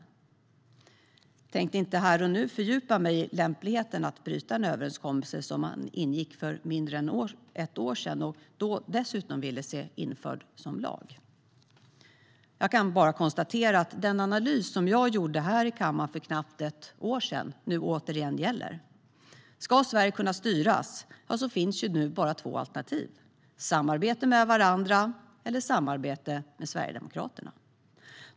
Jag tänkte inte här och nu fördjupa mig i lämpligheten i att bryta en överenskommelse som man ingick för mindre än ett år sedan och dessutom ville se införd som lag. Jag kan bara konstatera att den analys jag gjorde här i kammaren för knappt ett år sedan nu återigen gäller. Ska Sverige kunna styras finns nu, återigen, bara två alternativ: samarbete med varandra eller samarbete med Sverigedemokraterna.